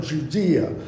Judea